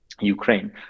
ukraine